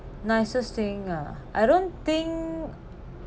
nicest thing ah I don't think